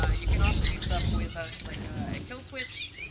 ah you can also do stuff with us, like a kill switch,